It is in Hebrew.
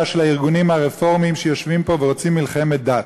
של הארגונים הרפורמיים שיושבים פה ורוצים מלחמת דת.